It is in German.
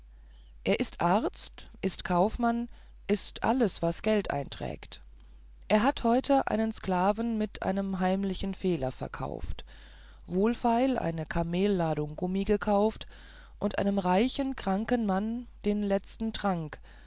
er ist arzt ist kaufmann ist alles was geld einträgt er hat heute einen sklaven mit einem heimlichen fehler verkauft wohlfeil eine kamelladung gummi gekauft und einem reichen kranken mann den letzten trank